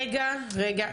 רגע, רגע.